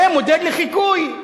זה מודל לחיקוי.